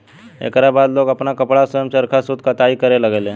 एकरा बाद लोग आपन कपड़ा स्वयं चरखा सूत कताई करे लगले